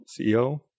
CEO